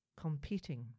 competing